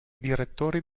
direttori